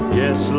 yes